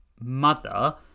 mother